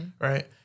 right